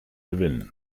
gewinnen